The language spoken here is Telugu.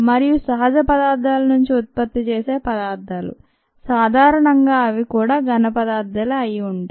మరియు సహజ పదార్థాల నుంచి ఉత్పత్తి చేసే పదార్థాలు సాధారణంగా అవి కూడా ఘనపదార్థాలే అయివుంటాయి